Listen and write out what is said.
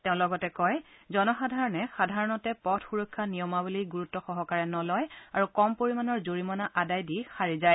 তেওঁ লগতে কয় জনসাধাৰণে সাধাৰণতে পথ সুৰক্ষা নিয়মাৱলী গুৰুত্বসহকাৰে নলয় আৰু কম পৰিমাণৰ জৰিমনা আদায় দি সাৰি যায়